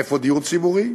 איפה דיור ציבורי?